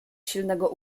silnego